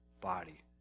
body